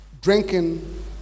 drinking